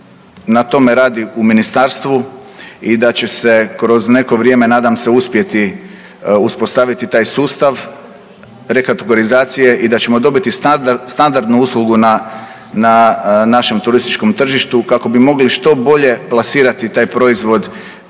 na tome radi u ministarstvu i da će se kroz neko vrijeme nadam se uspjeti uspostaviti taj sustav rekategorizacije i da ćemo dobiti standardnu uslugu na, na našem turističkom tržištu kako bi mogli što bolje plasirati taj proizvod